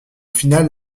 finale